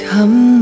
Come